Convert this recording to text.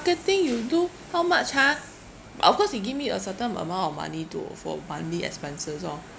marketing you do how much ha but of course he give me a certain amount of money to for monthly expenses orh